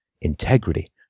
integrity